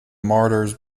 martyrs